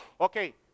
Okay